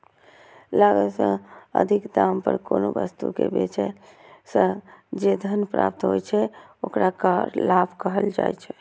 लागत सं अधिक दाम पर कोनो वस्तु कें बेचय सं जे धन प्राप्त होइ छै, ओकरा लाभ कहल जाइ छै